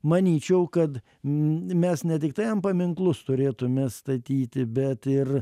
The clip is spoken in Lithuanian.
manyčiau kad mes ne tiktai jam paminklus turėtumėme statyti bet ir